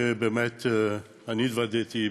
ובאמת אני התוודעתי לכך,